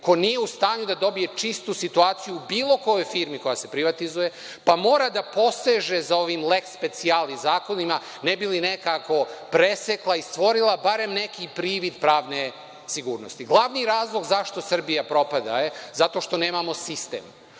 ko nije u stanju da dobije čistu situaciju u bilo kojoj firmi koja se privatizuje, pa mora da poseže za ovim leks specijalis zakonima ne bi li nekako presekla i stvorila barem neki priliv pravne sigurnosti. Glavni razlog zašto Srbija propada je zato što nemamo sistem.